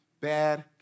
Bad